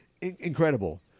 incredible